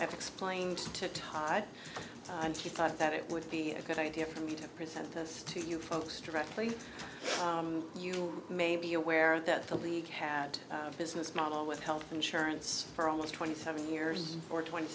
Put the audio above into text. i've explained to you and he thought that it would be a good idea for me to present this to you folks directly you may be aware that the league had a business model with health insurance for almost twenty seven years or twenty